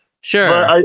sure